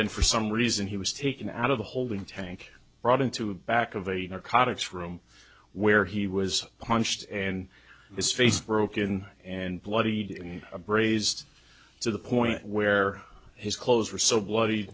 then for some reason he was taken out of the holding tank brought into a back of a narcotics room where he was punched and his face broken and bloodied in a braised to the point where his clothes were so bloody